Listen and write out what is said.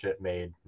made